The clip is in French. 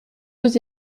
aux